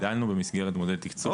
דנו במסגרת מודל תקצוב,